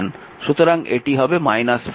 সুতরাং এটি হবে 5